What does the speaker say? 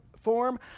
form